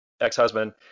ex-husband